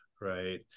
right